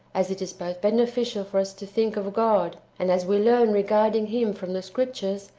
as it is both beneficial for us to think of god, and as we learn re garding him from the scriptures,